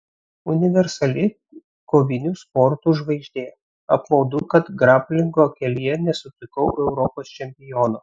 universali kovinių sportų žvaigždė apmaudu kad graplingo kelyje nesutikau europos čempiono